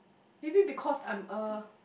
maybe because I'm a